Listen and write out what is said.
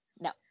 no